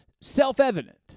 self-evident